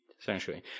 essentially